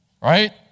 right